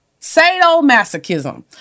Sadomasochism